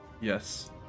Yes